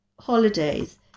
holidays